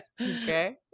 okay